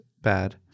bad